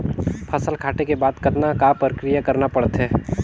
फसल काटे के बाद कतना क प्रक्रिया करना पड़थे?